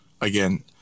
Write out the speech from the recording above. again